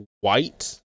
white